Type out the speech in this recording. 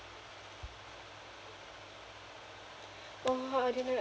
oh [ho] I didn't